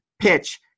PITCH